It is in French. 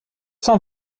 cent